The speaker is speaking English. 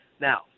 Now